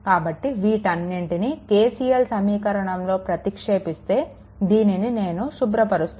కాబట్టి వీటన్నిటిని KCL సమీకరణంలో ప్రతిక్షేపిస్తే దీనిని నేను శుభ్రపరుస్తాను